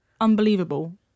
unbelievable